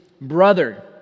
brother